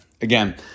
Again